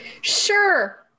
Sure